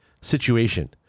situation